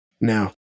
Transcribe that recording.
Now